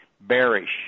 bearish